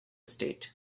state